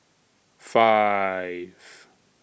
five